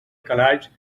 calaix